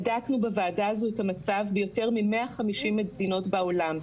בדקנו בוועדה הזו את המצב ביותר מ- 150 מדינות בעולם,